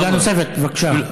שאלה נוספת, בבקשה.